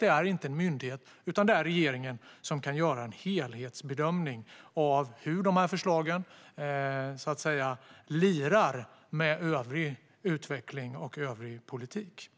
Det är inte en myndighet utan regeringen som kan göra en helhetsbedömning av hur dessa förslag "lirar" med övrig utveckling och politik.